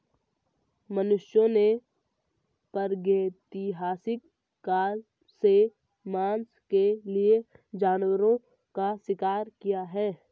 मनुष्यों ने प्रागैतिहासिक काल से मांस के लिए जानवरों का शिकार किया है